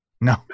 No